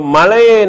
Malay